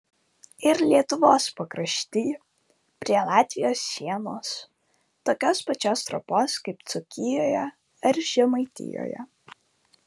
ir lietuvos pakrašty prie latvijos sienos tokios pačios trobos kaip dzūkijoje ar žemaitijoje